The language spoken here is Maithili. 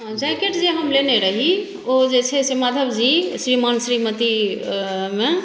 जैकेट जे हम लेने रही ओ जे छै से माधव जी श्रीमान श्रीमती मे